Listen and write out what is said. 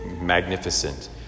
Magnificent